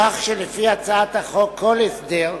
כך שלפי הצעת החוק, כל הסדר,